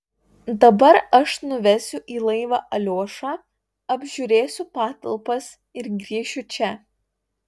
dabar aš nuvesiu į laivą aliošą apžiūrėsiu patalpas ir grįšiu čia